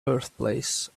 birthplace